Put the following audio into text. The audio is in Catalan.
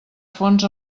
fons